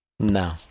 No